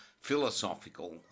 philosophical